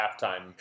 halftime